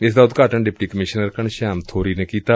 ਇਸ ਦਾ ਉਦਘਾਟਨ ਡਿਪਟੀ ਕਮਿਸ਼ਨਰ ਘਣਸ਼ਿਆਮ ਥੋਰੀ ਨੇ ਕੀਤਾ